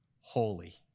holy